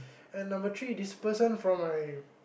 and number three this person from my